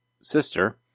sister